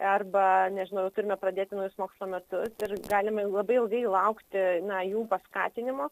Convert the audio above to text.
arba nežinau turime pradėti naujus mokslo metus ir galime labai ilgai laukti na jų paskatinimo